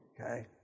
okay